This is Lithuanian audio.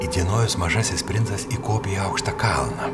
įdienojus mažasis princas įkopė į aukštą kalną